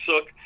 Sook